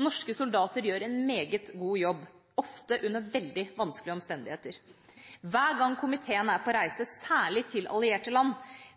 Norske soldater gjør en meget god jobb, ofte under veldig vanskelige omstendigheter. Hver gang komiteen er på